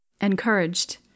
Encouraged